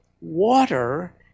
water